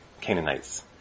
Canaanites